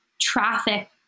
traffic